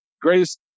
greatest